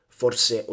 forse